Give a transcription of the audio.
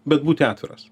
bet būti atviras